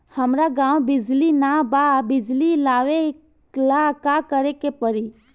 हमरा गॉव बिजली न बा बिजली लाबे ला का करे के पड़ी?